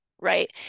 right